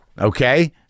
Okay